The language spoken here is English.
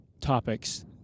topics